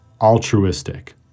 altruistic